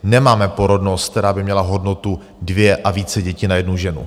Nemáme porodnost, která by měla hodnotu dvě a více dětí na jednu ženu.